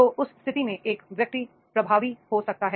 तो उस स्थिति में एक व्यक्ति प्रभावी हो सकता है